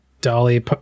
Dolly